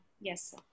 Yes